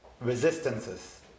resistances